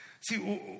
See